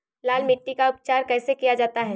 लाल मिट्टी का उपचार कैसे किया जाता है?